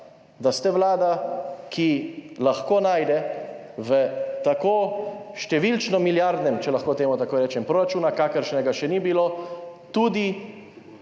da ste vlada, ki lahko najde v tako številno milijardnem, če lahko temu tako rečem, proračunu, kakršnega še ni bilo, tudi